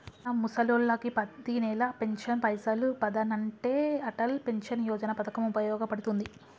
మన ముసలోళ్ళకి పతినెల పెన్షన్ పైసలు పదనంటే అటల్ పెన్షన్ యోజన పథకం ఉపయోగ పడుతుంది